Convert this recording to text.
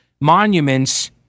monuments